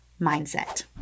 mindset